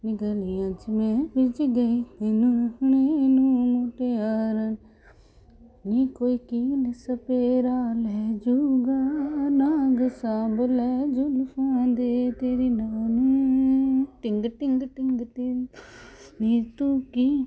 ਨੀ ਗਲੀਆਂ 'ਚ ਮੈਂ ਭਿੱਜ ਗਈ ਤੈਨੂੰ ਮਿਲਣੇ ਨੂੰ ਮੁਟਿਆਰ ਨੀ ਕੋਈ ਕੀਲ ਸਪੇਰਾ ਲੈ ਜੂਗਾ ਨਾਗ ਸਾਂਭ ਲੈ ਜੁਲਫਾਂ ਦੇ ਤੇਰੀ ਨਾਗਿਨ ਟਿੰਗ ਟਿੰਗ ਟਿੰਗ ਟਿੰਗ ਨੀ ਤੂੰ ਕੀਲ